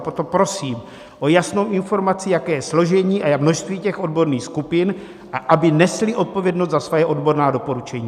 Proto prosím o jasnou informaci, jaké je složení a množství těch odborných skupin, a aby nesly zodpovědnost za svoje odborná doporučení.